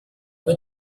wird